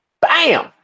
Bam